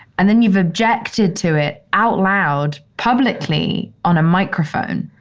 and then you've objected to it out loud publicly on a microphone